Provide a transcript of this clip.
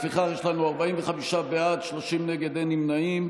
לפיכך, יש לנו 45 בעד, 30 נגד, אין נמנעים.